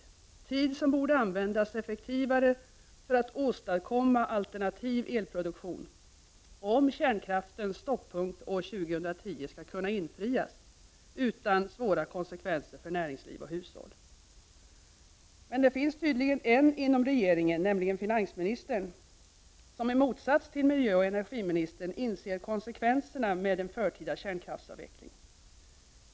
Det är tid som borde användas effektivare för att åstadkomma alternativ elproduktion, om kärnkraftens stoppunkt år 2010 skall kunna infrias utan svåra konsekvenser för näringsliv och hushåll. Men det finns tydligen en inom regeringen, nämligen finansministern, som i motsats till miljöoch energiministern inser konsekvenserna med en förtida kärnkraftsavveckling.